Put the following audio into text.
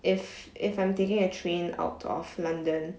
if if I'm taking a train out of london